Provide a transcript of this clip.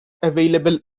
available